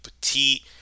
petite